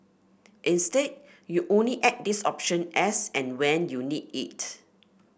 instead you only add this option as and when you need it